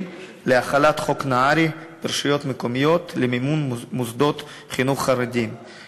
להחלת חוק נהרי למימון מוסדות חינוך חרדיים ברשויות מקומיות.